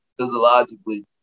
physiologically